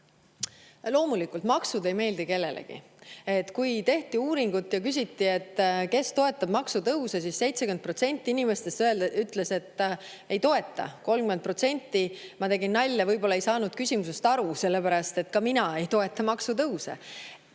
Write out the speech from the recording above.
loomulikult ei meeldi kellelegi maksud. Kui tehti uuringut ja küsiti, kes toetab maksutõuse, siis 70% inimestest ütles, et ei toeta. Ma tegin nalja, et [ülejäänud] 30% võib-olla ei saanud küsimusest aru, sellepärast et ka mina ei toeta maksutõuse.